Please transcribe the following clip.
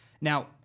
Now